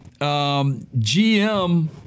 GM